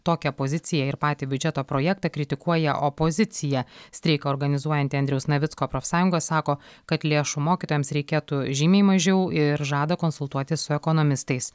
tokią poziciją ir patį biudžeto projektą kritikuoja opozicija streiką organizuojanti andriaus navicko profsąjunga sako kad lėšų mokytojams reikėtų žymiai mažiau ir žada konsultuotis su ekonomistais